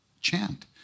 chant